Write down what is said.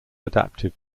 adaptive